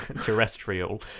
terrestrial